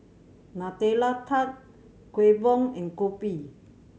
Nutella Tart Kueh Bom and kopi